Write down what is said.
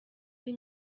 ari